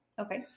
Okay